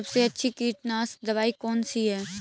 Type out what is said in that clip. सबसे अच्छी कीटनाशक दवाई कौन सी है?